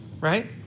Right